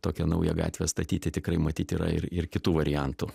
tokią naują gatvę statyti tikrai matyt yra ir ir kitų variantų